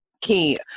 key